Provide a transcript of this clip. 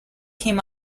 him